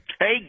Hey